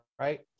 Right